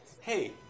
hey